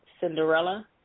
Cinderella